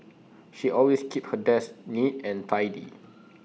she always keeps her desk neat and tidy